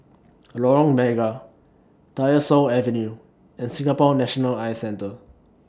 Lorong Mega Tyersall Avenue and Singapore National Eye Centre